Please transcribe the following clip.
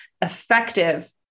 effective